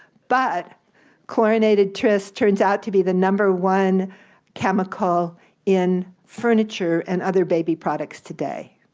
but chlorinated tris turns out to be the number one chemical in furniture, and other baby products today.